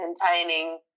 containing